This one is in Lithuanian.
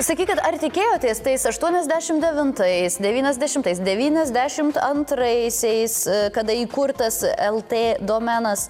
sakykit ar tikėjotės tais aštuoniasdešimt devintais devyniasdešimtais devyniasdešimt antraisiais kada įkurtas lt domenas